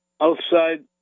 Outside